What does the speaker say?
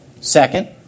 Second